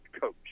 coach